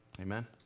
amen